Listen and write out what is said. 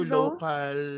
local